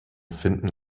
finden